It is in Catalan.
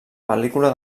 pel·lícula